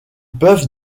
peuvent